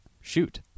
Shoot